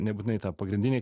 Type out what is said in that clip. nebūtinai tą pagrindinį